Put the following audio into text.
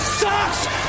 sucks